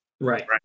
Right